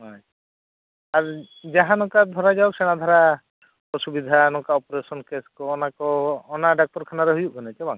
ᱦᱳᱭ ᱟᱨ ᱡᱟᱦᱟᱸ ᱱᱚᱝᱠᱟ ᱫᱷᱚᱨᱟ ᱡᱟᱠ ᱥᱮᱬᱟ ᱫᱷᱟᱨᱟ ᱚᱥᱩᱵᱤᱫᱟ ᱱᱚᱝᱠᱟ ᱚᱯᱟᱨᱮᱥᱚᱱ ᱠᱮᱥ ᱠᱚ ᱚᱱᱟ ᱠᱚ ᱚᱱᱟ ᱰᱟᱠᱛᱚᱨ ᱠᱷᱟᱱᱟ ᱨᱮ ᱦᱩᱭᱩᱜ ᱠᱟᱱᱟ ᱪᱮ ᱵᱟᱝ